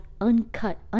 uncut